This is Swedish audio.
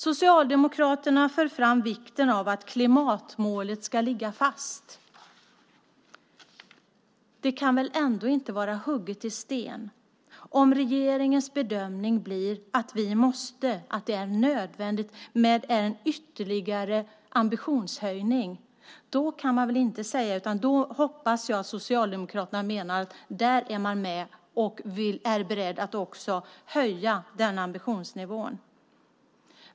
Socialdemokraterna för fram vikten av att klimatmålet ska ligga fast. Det kan väl inte vara hugget i sten om regeringens bedömning blir att det är nödvändigt med en ytterligare ambitionshöjning? Då hoppas jag att Socialdemokraterna är med och är beredda att höja ambitionsnivån.